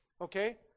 Okay